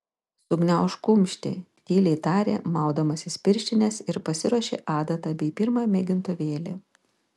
sugniaužk kumštį tyliai tarė maudamasis pirštines ir pasiruošė adatą bei pirmą mėgintuvėlį